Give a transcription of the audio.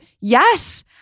yes